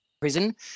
prison